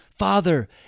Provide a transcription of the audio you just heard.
Father